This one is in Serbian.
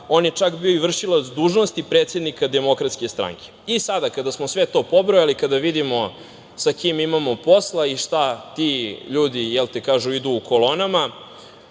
on je čak bio i vršilac dužnosti predsednika Demokratske stranke. Sada kada smo sve to pobrojali, kada vidimo sa kim imamo posla i šta ti ljudi, jelte, kažu – idu u kolonama,